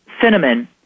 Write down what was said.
cinnamon